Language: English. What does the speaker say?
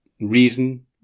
reason